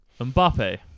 Mbappe